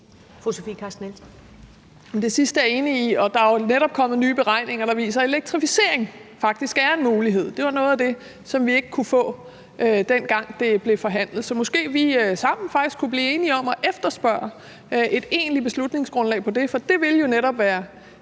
Det sidste er jeg enig i, og der er jo netop kommet nye beregninger, der viser, at elektrificering faktisk er en mulighed. Det var noget af det, som vi ikke kunne få, dengang det blev forhandlet, så måske kunne vi sammen faktisk blive enige om at efterspørge et egentligt beslutningsgrundlag for det. For det ville jo netop være